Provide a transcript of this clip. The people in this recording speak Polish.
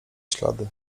ślady